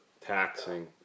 taxing